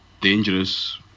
dangerous